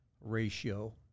ratio